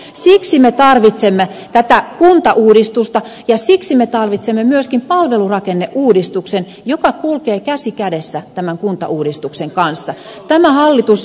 siksi me tarvitsemme tätä kuntauudistusta ja siksi me tarvitsemme myöskin palvelurakenneuudistuksen joka kulkee käsi kädessä tämän kuntauudistuksen kanssa